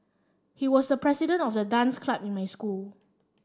he was the president of the dance club in my school